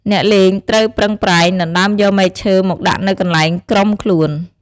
អ្នកលេងត្រូវប្រឹងប្រែង ដណ្ដើមយកមែកឈើមកដាក់នៅកន្លែងក្រុមខ្លួន។